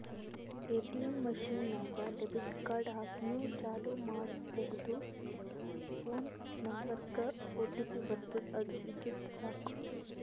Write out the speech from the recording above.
ATM machine ನಾಗ್ debit card ಹಾಕಿನೂ ಚಾಲೂ ಮಾಡ್ಕೊಬೋದು ಫೋನ್ ನಂಬರ್ಗ್ ಒಟಿಪಿ ಬರ್ತುದ್ ಅದು ಇದ್ದುರ್ ಸಾಕು